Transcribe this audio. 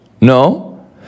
No